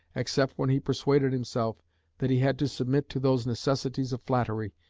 except when he persuaded himself that he had to submit to those necessities of flattery,